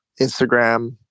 instagram